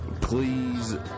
please